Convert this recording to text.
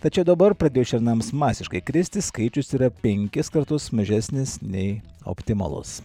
tačiau dabar pradėjus šernams masiškai kristi skaičius yra penkis kartus mažesnis nei optimalus